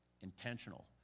intentional